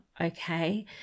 okay